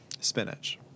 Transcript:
Spinach